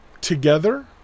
together